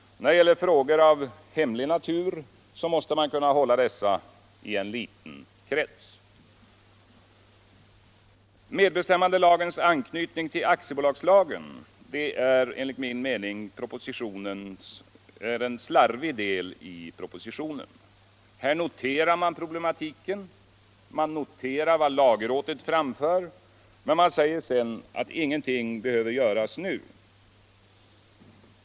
När det gäller frågor av hemlig natur måste man kunna hålla dessa inom en liten krets. Medbestämmandelagens anknytning till aktiebolagslagen är enligt min mening en slarvig del i propositionen. Här noterar man problematiken, noterar vad lagrådet framfört, men säger sedan att ingenting behöver göras nu.